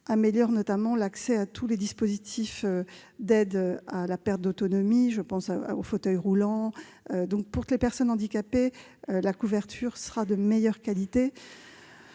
améliore l'accès à tous les dispositifs d'aide à la perte d'autonomie, notamment au fauteuil roulant. Pour les personnes handicapées, la couverture sera ainsi de meilleure qualité.